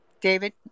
David